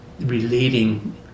relating